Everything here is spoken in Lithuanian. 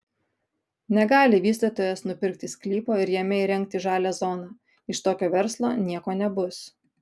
negali vystytojas nupirkti sklypo ir jame įrengti žalią zoną iš tokio verslo nieko nebus